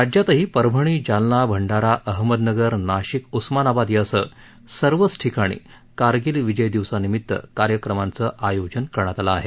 राज्यातही परभणी जालना भंडारा अहमदनगर नाशिक उस्मानाबाद यासह सर्वच ठिकाणी कारगिल विजय दिवसानिमित्त कार्यक्रमांचं आयोजन करण्यात आलं आहे